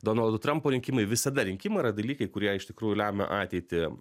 donaldo trampo rinkimai visada rinkima yra dalykai kurie iš tikrųjų lemia ateitį